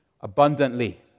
abundantly